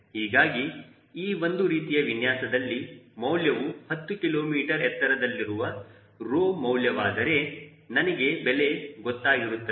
ಹೀಗಾಗಿ ಈ ಒಂದು ರೀತಿಯ ವಿನ್ಯಾಸದಲ್ಲಿ ಮೌಲ್ಯವು 10 ಕಿಲೋ ಮೀಟರ್ ಎತ್ತರದಲ್ಲಿರುವ Rho ಮೌಲ್ಯವಾದರೆ ನನಗೆ ಬೆಲೆ ಗೊತ್ತಾಗಿರುತ್ತದೆ